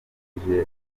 buhagije